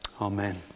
Amen